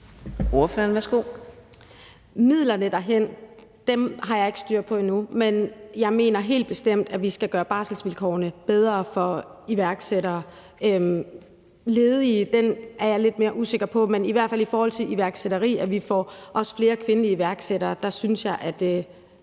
Eriksen (M): Midlerne derhen har jeg ikke styr på endnu, men jeg mener helt bestemt, at vi skal gøre barselsvilkårene bedre for iværksættere. Jeg er lidt mere usikker på det med hensyn til de ledige. Men i hvert fald i forhold til iværksætteri og i forhold til at få flere kvindelige iværksættere synes jeg, at der